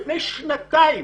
לפני שנתיים